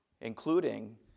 including